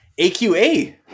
AQA